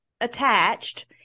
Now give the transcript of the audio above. attached